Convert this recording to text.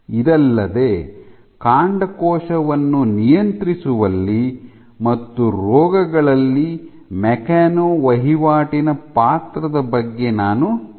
ಇದಲ್ಲದೆ ಕಾಂಡಕೋಶವನ್ನು ನಿಯಂತ್ರಿಸುವಲ್ಲಿ ಮತ್ತು ರೋಗಗಳಲ್ಲಿ ಮೆಕ್ಯಾನೊ ವಹಿವಾಟಿನ ಪಾತ್ರದ ಬಗ್ಗೆ ನಾನು ಚರ್ಚಿಸುತ್ತೇನೆ